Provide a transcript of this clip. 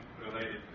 related